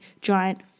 giant